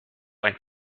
ein